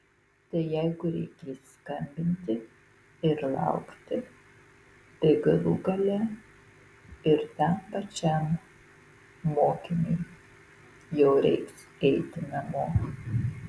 tai jeigu reikės skambinti ir laukti tai galų gale ir tam pačiam mokiniui jau reiks eiti namo